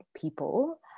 people